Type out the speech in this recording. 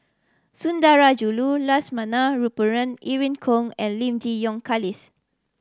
Sundarajulu Lakshmana Perumal Irene Khong and Lim Yi Yong Charles